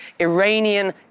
Iranian